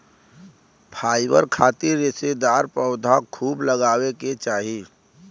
fibre खातिर रेशेदार पौधा खूब लगावे के चाही